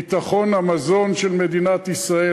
ביטחון המזון של מדינת ישראל,